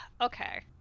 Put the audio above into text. okay